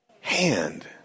hand